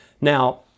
Now